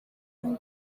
how